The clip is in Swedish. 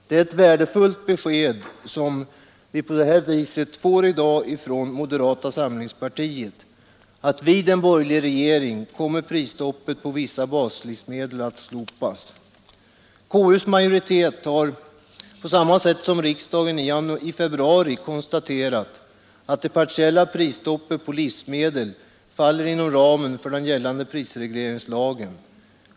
Det är ett värdefullt besked som vi på det viset i dag får från moderata samlingspartiet: med en borgerlig regering kommer prisstoppet på vissa baslivsmedel att slopas. KU:s majoritet har konstaterat, på samma sätt som riksdagen gjort i februari, att det partiella prisstoppet på livsmedel faller inom ramen för den gällande prisregleringslagen.